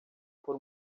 por